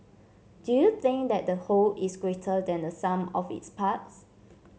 do you think that the whole is greater than the sum of its parts